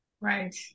Right